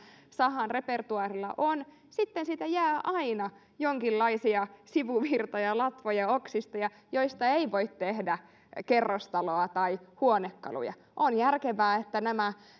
sahan repertuaarissa on sitten siitä jää aina jonkinlaisia sivuvirtoja latvoja oksista joista ei voi tehdä kerrostaloa tai huonekaluja on järkevää että nämä